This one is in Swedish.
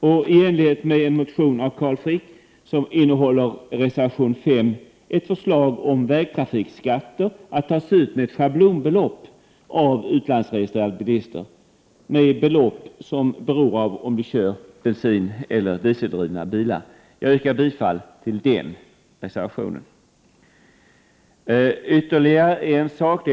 I enlighet med en motion av Carl Frick innehåller reservation 5 ett förslag om vägtrafikskatter att tas ut med schablonbelopp av utlandsregistrerade bilister med belopp som beror av om de kör bensineller dieseldrivna bilar. Jag yrkar bifall till den reservationen.